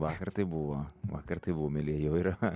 vakar tai buvo vakar tai buvo mielieji jau yra